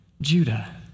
Judah